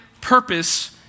purpose